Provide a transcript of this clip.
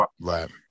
Right